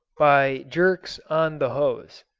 by jerks on the hose.